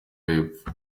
y’epfo